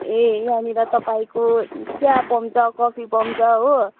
ए यहाँनिर तपाईँको चिया पाउँछ कफी पाउँछ हो